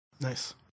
Nice